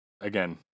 Again